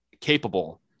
capable